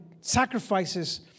sacrifices